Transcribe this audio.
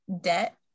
debt